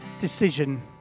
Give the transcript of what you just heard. decision